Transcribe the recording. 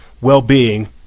well-being